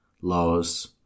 laws